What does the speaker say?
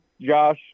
Josh